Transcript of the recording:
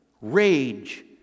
rage